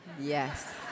Yes